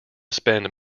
spend